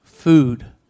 food